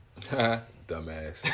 dumbass